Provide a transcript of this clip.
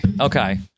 Okay